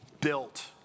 built